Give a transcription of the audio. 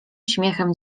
śmiechem